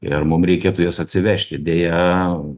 ir mum reikėtų juos atsivežti deja